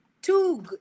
Two